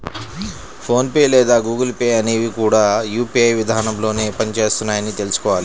phone pay లేదా Google Pay అనేవి కూడా యూ.పీ.ఐ విధానంలోనే పని చేస్తున్నాయని తెల్సుకోవాలి